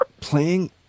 Playing